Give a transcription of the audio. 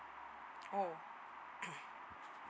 oh